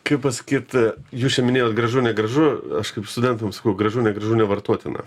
kaip pasakyt jūs čia minėjot gražu negražu aš kaip studentam sakau gražu negražu nevartotina